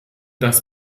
das